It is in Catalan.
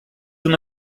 una